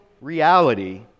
reality